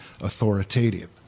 authoritative